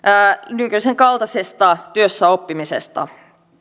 nykyisenkaltaisesta työssäoppimisesta